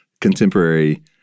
contemporary